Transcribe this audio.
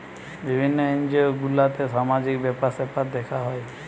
বিভিন্ন এনজিও গুলাতে সামাজিক ব্যাপার স্যাপার দেখা হয়